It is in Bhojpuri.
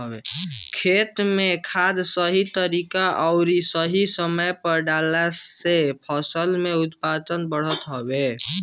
खेत में खाद सही तरीका अउरी सही समय पे डालला से फसल के उत्पादन बढ़त हवे